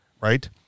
right